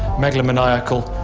megalomaniacal,